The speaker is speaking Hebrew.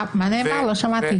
לא שמעתי.